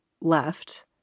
left